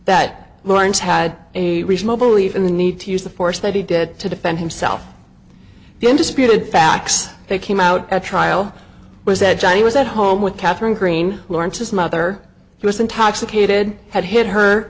that lawrence had a reasonable even the need to use the force that he did to defend himself the indisputed facts they came out at trial was that johnny was at home with katherine greene lawrence's mother he was intoxicated had hit her